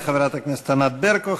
תודה לחברת הכנסת ענת ברקו.